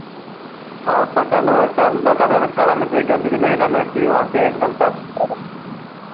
हाँ पसंद और सब बता देना सारा में से गंदगी नहीं रहना चाहिए वहाँ पर एकदम साफ़ सुथरा रहे